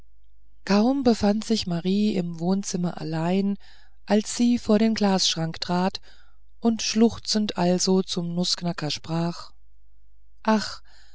kaum befand sich marie im wohnzimmer allein als sie vor den glasschrank trat und schluchzend also zum nußknacker sprach ach